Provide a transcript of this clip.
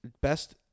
best